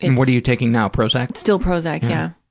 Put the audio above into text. and what are you taking now, prozac? still prozac, yeah,